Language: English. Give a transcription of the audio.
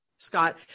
Scott